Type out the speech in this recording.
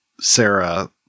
Sarah